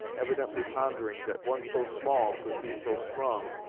evidently pondering that one so small could be so strong,